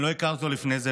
אני לא הכרתי אותו לפני זה,